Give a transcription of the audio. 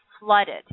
flooded